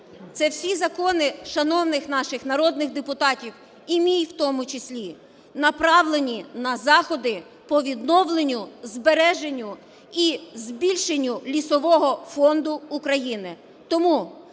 Це всі закони шановних наших народних депутатів і мій в тому числі направлені на заходи по відновленню, збереженню і збільшенню Лісового фонду України.